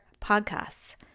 podcasts